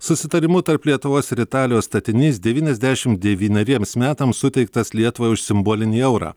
susitarimu tarp lietuvos ir italijos statinys devyniasdešim devyneriems metams suteiktas lietuvai už simbolinį eurą